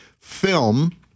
film